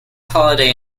holiday